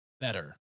better